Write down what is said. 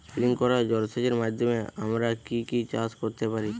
Sprinkler জলসেচের মাধ্যমে আমরা কি কি চাষ করতে পারি?